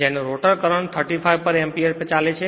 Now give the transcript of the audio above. જેનો rotor current 35 પર એમ્પીયરચાલે છે